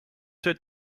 said